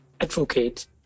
advocate